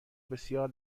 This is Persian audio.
بسیار